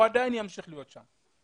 הוא עדיין ימשיך להיות שם.